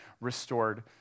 restored